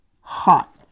hot